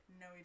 no